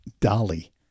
Dolly